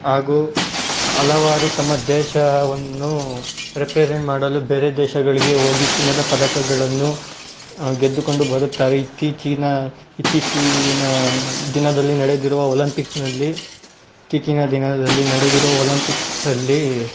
ಹಾಗು ಹಲವಾರು ತಮ್ಮ ದೇಶವನ್ನು ರೆಪ್ರೆಸೆಂಟ್ ಮಾಡಲು ಬೇರೆ ದೇಶಗಳಿಗೆ ಹೋಗಿ ಚಿನ್ನದ ಪದಕಗಳನ್ನು ಗೆದ್ದುಕೊಂಡು ಬರುತ್ತಾರೆ ಇತ್ತೀಚಿನ ಇತ್ತೀಚಿನ ದಿನದಲ್ಲಿ ನಡೆದಿರುವ ಒಲಂಪಿಕ್ಸ್ನಲ್ಲಿ ಇತ್ತೀಚಿನ ದಿನದಲ್ಲಿ ನಡೆದಿರುವ ಒಲಂಪಿಕ್ಸಲ್ಲಿ